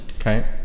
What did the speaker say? okay